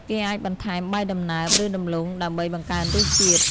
គេអាចបន្ថែមបាយដំណើប ឬដំឡូងដើម្បីបង្កើនរសជាតិ។